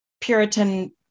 Puritan